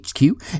HQ